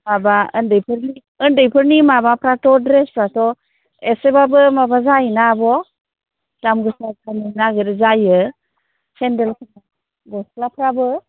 माबा उन्दैफोरनि उन्दैफोरनि माबा फ्राथ' द्रेसफ्राथ' एसे बाबो माबा जायो ना आब' दाम गोसा जानो नागिरो जायो सेन्देल गस्लाफ्राबो